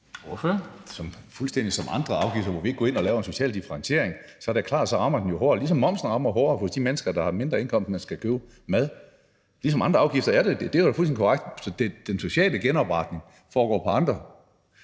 som andre afgifter, hvor vi ikke går ind og laver en social differentiering. Så er det jo klart, at den rammer hårdere, ligesom momsen rammer hårdere hos de mennesker, der har mindre indkomst, og som skal købe mad. Så det er ligesom med andre afgifter. Det er jo fuldstændig korrekt. Så den sociale genopretning foregår med andre